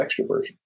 extroversion